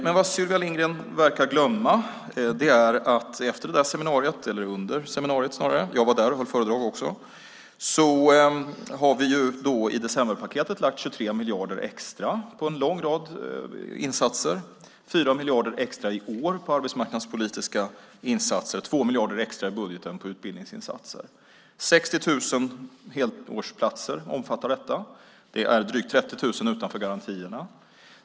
Men vad Sylvia Lindgren verkar glömma är att efter seminariet - jag var också där och höll föredrag - har vi i decemberpaketet lagt 23 miljarder extra på en lång rad insatser. Det är bland annat 4 miljarder extra i år på arbetsmarknadspolitiska insatser och 2 miljarder extra i budgeten på utbildningsinsatser. Detta omfattar 60 000 helårsplatser, och det är drygt 30 000 utanför garantierna.